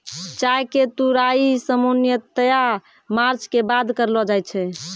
चाय के तुड़ाई सामान्यतया मार्च के बाद करलो जाय छै